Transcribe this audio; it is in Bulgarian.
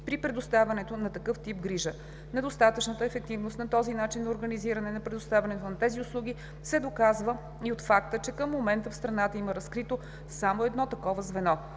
при предоставянето на такъв тип грижа. Недостатъчната ефективност на този начин на организиране на предоставянето на тези услуги се доказва и от факта, че към момента в страната има разкрито само едно такова звено.